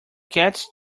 cats